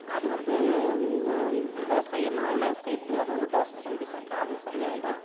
அது வந்து தோசை மாவில் சேர்த்து அது வந்து தோசை செஞ்சு சாப்பிட்டா அது சரியாகிடும்